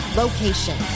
location